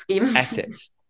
assets